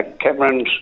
Cameron's